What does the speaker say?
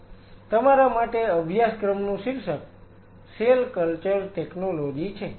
Refer Time 0916 તમારા માટે અભ્યાસક્રમનું શીર્ષક સેલ કલ્ચર ટેકનોલોજી છે